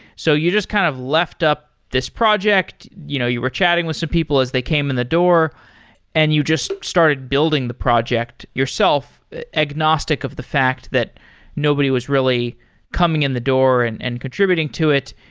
so you just kind of left up this project. you know you were chatting with some people as they came in the door and you just started building the project yourself agnostic of the fact that nobody was really coming in the door and and contributing to it.